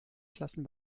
klassen